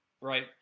right